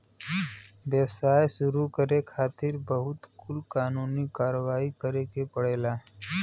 व्यवसाय शुरू करे खातिर बहुत कुल कानूनी कारवाही करे के पड़ेला